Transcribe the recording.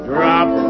Drop